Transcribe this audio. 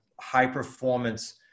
high-performance